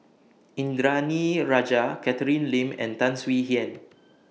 Indranee Rajah Catherine Lim and Tan Swie Hian